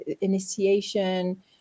initiation